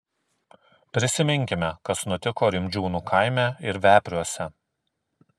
prisiminkime kas nutiko rimdžiūnų kaime ir vepriuose